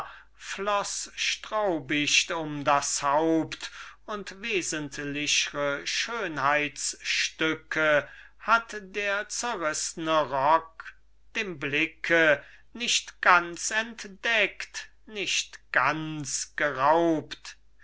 floß straubicht um das haupt und wesentlichre schönheitsstücke hat der zerrißne rock dem blicke nicht ganz entdeckt nicht ganz geraubt